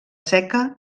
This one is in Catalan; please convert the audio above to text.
seca